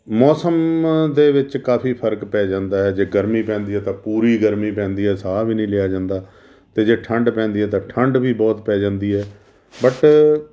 ਮੌਸਮ ਦੇ ਵਿੱਚ ਕਾਫੀ ਫਰਕ ਪੈ ਜਾਂਦਾ ਹੈ ਜੇ ਗਰਮੀ ਪੈਂਦੀ ਤਾਂ ਪੂਰੀ ਗਰਮੀ ਪੈਂਦੀ ਹੈ ਸਾਹ ਵੀ ਨਹੀਂ ਲਿਆ ਜਾਂਦਾ ਅਤੇ ਜੇ ਠੰਡ ਪੈਂਦੀ ਹੈ ਤਾਂ ਠੰਡ ਵੀ ਬਹੁਤ ਪੈ ਜਾਂਦੀ ਹੈ ਬਟ